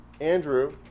andrew